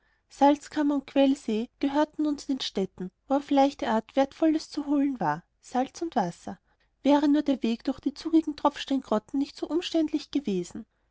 salzkammer und quellsee gehörten nun zu den stätten wo auf leichte art wertvolles zu holen war salz und wasser wäre nur der weg durch die zugigen tropfsteingrotten nicht so umständlich gewesen